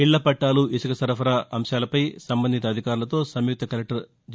ఇళ్ల పట్టాలు ఇసుక సరఫరా అంశాలపై సంబంధిత అధికారులతో సంయుక్త కలెక్లర్ జి